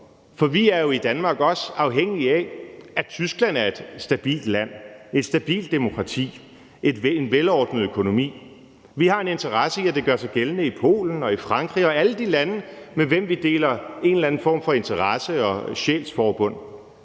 for vi er jo i Danmark også afhængige af, at Tyskland er et stabilt land, et stabilt demokrati og en velordnet økonomi. Vi har en interesse i, at det gør sig gældende i Polen og i Frankrig og alle de lande, med hvem vi deler en eller anden form for interesse og sjælsforbund,